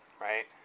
right